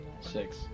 Six